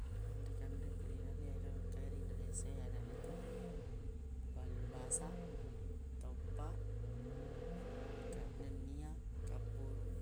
Anre-kanre kuliner yaro engka e ri indonesia yanaritu pallubasa toppaq ka- nennia kapurung.